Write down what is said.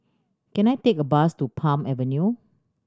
can I take a bus to Palm Avenue